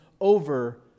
over